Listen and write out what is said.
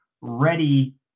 ready